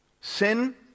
sin